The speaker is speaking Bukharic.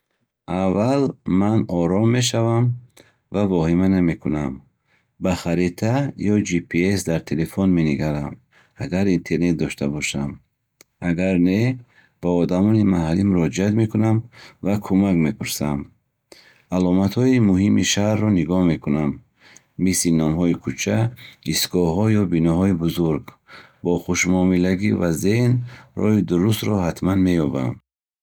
Аввал ман ором мешавам ва воҳима намекунам. Ба харита ё ҷи пи эс дар телефон менигарам, агар интернет дошта бошам. Агар не, ба одамони маҳаллӣ муроҷиат мекунам ва кӯмак мепурсам. Аломатҳои муҳими шаҳрро нигоҳ мекунам, мисли номҳои кӯча, истгоҳҳо ё биноҳои бузург. Бо хушмуомилагӣ ва зеҳн роҳи дурустро ҳатман меёбам.